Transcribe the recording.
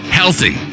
healthy